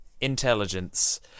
Intelligence